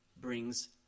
brings